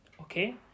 Okay